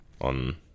on